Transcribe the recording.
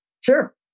Sure